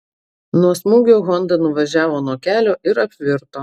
nuo smūgio honda nuvažiavo nuo kelio ir apvirto